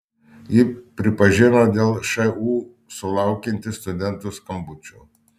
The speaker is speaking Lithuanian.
ji pripažino dėl šu sulaukianti studentų skambučių